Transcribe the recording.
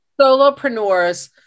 Solopreneurs